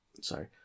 Sorry